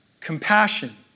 compassion